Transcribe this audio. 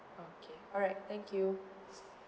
okay alright thank you